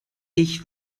ich